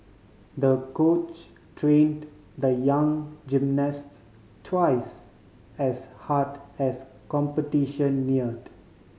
the coach trained the young gymnasts twice as hard as competition neared